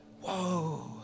whoa